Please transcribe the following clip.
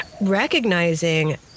recognizing